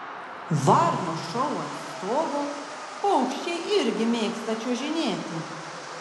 varnos šou ant stogo paukščiai irgi mėgsta čiuožinėti